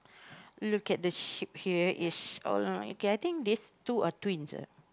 look at the sheep here it's all like okay I think these two are twins ah